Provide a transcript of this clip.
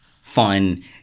fun